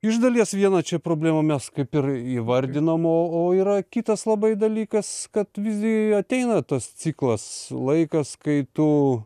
iš dalies vieną čia problemą mes kaip ir įvardinom o o yra kitas labai dalykas kad visgi ateina tas ciklas laikas kai tu